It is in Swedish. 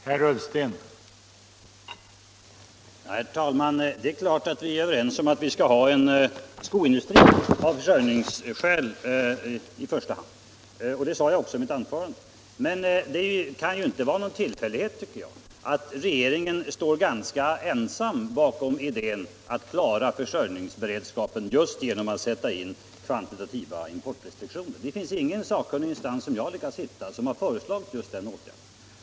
Herr talman! Vi är överens om att vi skall ha en skoindustri, i första hand av försörjningsskäl. Det sade jag också i mitt anförande. Men regeringen står faktiskt ganska ensam bakom idén att klara försörjningsberedskapen just genom att sätta in kvantitativa importrestriktioner. Jag har inte lyckats hitta någon sakkunnig instans som föreslagit just den åtgärden.